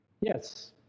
Yes